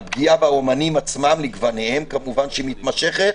על פגיעה באומנים עצמם לגווניהם, שהיא מתמשכת,